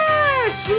Yes